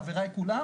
חבריי כולם,